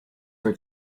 were